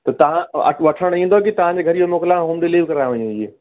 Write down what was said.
त तव्हां वठण ईंदव की तव्हांजे घर इहो मोकिलियाव होम डिलिवरी करायों ईंअ इअ